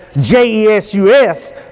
J-E-S-U-S